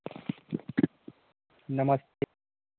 नमस्ते